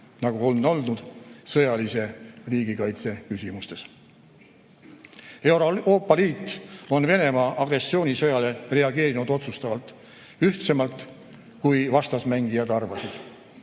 nagu on oldud sõjalise riigikaitse küsimustes. Euroopa Liit on Venemaa agressioonisõjale reageerinud otsustavalt – ühtsemalt, kui vastasmängijad arvasid.